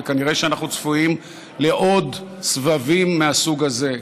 וכנראה שצפויים לנו עוד סבבים מהסוג הזה,